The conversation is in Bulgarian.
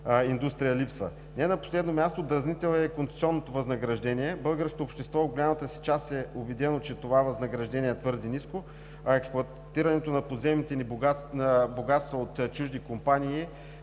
индустрия липсва. Не на последно място, дразнител е концесионното възнаграждение. Българското общество в голямата си част е убедено, че това възнаграждение е твърде ниско, а експлоатирането на подземните ни богатства от чужди компании